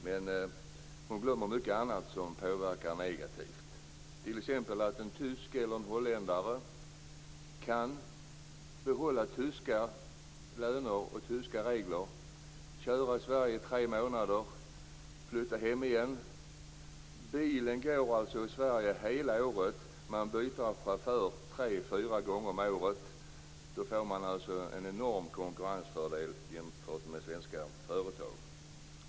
Men hon glömmer mycket annat som påverkar negativt, t.ex. att en tysk eller en holländare kan behålla tyska eller holländska löner och regler, köra i Sverige tre månader och flytta hem igen. Bilen går alltså i Sverige under hela året, men chauffören byts tre fyra gånger per år. Då får man en enorm konkurrensfördel jämfört med svenska företag.